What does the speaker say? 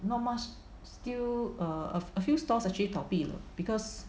not much still err a few stalls actually 倒闭了 because